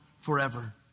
forever